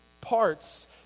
parts